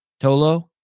Tolo